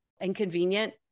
inconvenient